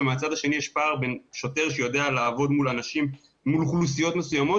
ומהצד השני יש פער בין שוטר שיודע לעבוד מול אוכלוסיות מסוימות